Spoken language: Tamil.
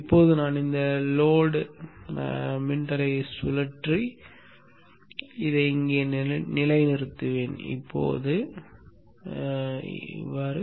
இப்போது நான் இந்த சுமை மின்தடையை சுழற்றி இதை இங்கே நிலைநிறுத்துவேன் இதை இப்போதைக்கு விடுவோம்